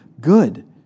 good